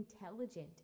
intelligent